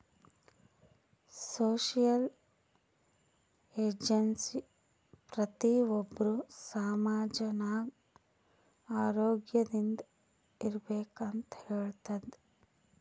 social agency ಪ್ರತಿ ಒಬ್ಬರು ಸಮಾಜ ನಾಗ್ ಆರೋಗ್ಯದಿಂದ್ ಇರ್ಬೇಕ ಅಂತ್ ಹೇಳ್ತುದ್